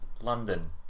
London